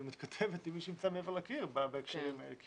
מתכתבת עם מי שנמצא מעבר לקיר בהקשרים האלה.